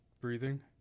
breathing